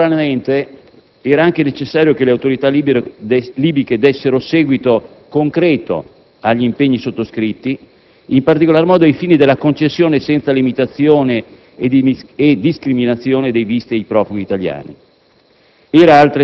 Contemporaneamente, era anche necessario che le autorità libiche dessero seguito concreto agli impegni sottoscritti, in particolar modo ai fini della concessione, senza limitazione e discriminazioni, dei visti ai profughi italiani.